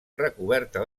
recoberta